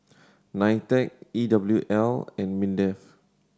NITEC E W L and MINDEF